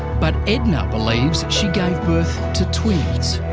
but edna believes she gave birth to twins,